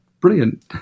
brilliant